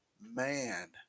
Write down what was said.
Man